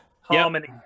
Harmony